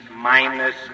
Minus